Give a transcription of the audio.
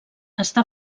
està